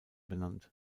benannt